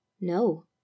No